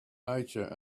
nature